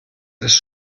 ist